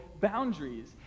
boundaries